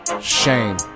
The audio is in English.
Shame